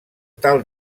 tal